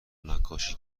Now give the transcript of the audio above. نقاشی